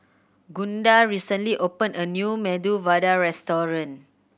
Gunda recently opened a new Medu Vada Restaurant